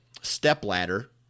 stepladder